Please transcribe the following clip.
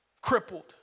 crippled